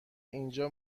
اینجا